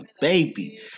baby